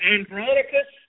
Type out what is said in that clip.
Andronicus